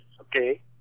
okay